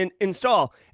install